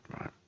Right